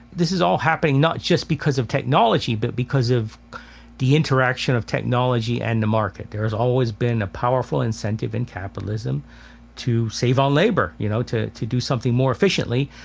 this is all happening not just because of technology but because of the interaction of technology and the market. there has always been a powerful incentive in capitalism to save on labor, you know to to do something more efficiently.